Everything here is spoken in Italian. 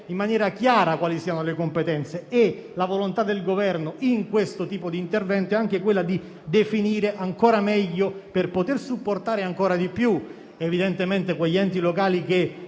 in maniera chiara quali siano le competenze. La volontà del Governo in questo tipo di intervento è anche quella di definire ancora meglio le modalità per supportare ancora di più gli enti locali che